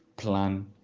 plan